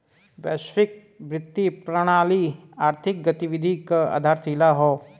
वैश्विक वित्तीय प्रणाली आर्थिक गतिविधि क आधारशिला हौ